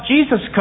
Jesus